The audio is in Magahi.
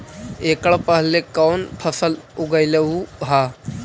एकड़ पहले कौन फसल उगएलू हा?